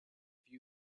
few